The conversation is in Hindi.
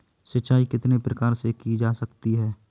सिंचाई कितने प्रकार से की जा सकती है?